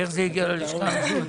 איך זה הגיע ללשכה המשפטית?